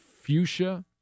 fuchsia